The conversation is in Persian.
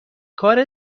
کار